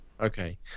Okay